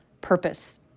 purpose